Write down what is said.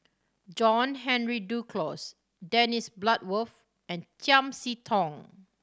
John Henry Duclos Dennis Bloodworth and Chiam See Tong